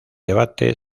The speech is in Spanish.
debate